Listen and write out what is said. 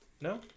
No